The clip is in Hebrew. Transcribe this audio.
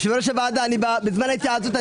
והשאר זה הרשות ומשרד החינוך?